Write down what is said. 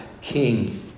king